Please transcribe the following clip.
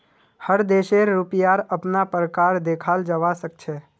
हर देशेर रुपयार अपना प्रकार देखाल जवा सक छे